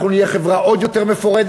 אנחנו נהיה חברה עוד יותר מפורדת,